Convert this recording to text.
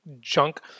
Junk